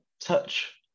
touch